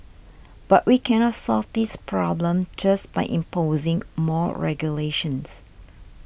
but we cannot solve this problem just by imposing more regulations